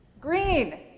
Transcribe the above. green